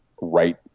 right